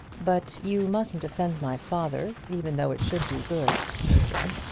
but you mustn't offend my father, even though it should do good, she said.